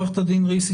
עורכת דין ריס,